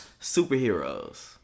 Superheroes